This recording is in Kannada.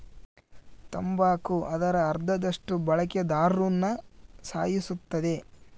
ತಂಬಾಕು ಅದರ ಅರ್ಧದಷ್ಟು ಬಳಕೆದಾರ್ರುನ ಸಾಯಿಸುತ್ತದೆ